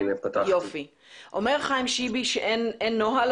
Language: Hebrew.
אומר חיים שיבי שאין נוהל,